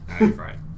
right